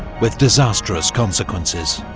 with disastrous consequences.